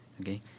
okay